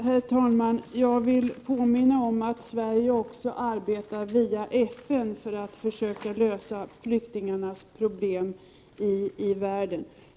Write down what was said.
Herr talman! Jag vill påminna om att Sverige också arbetar via FN för att försöka lösa flyktingarnas problem i världen.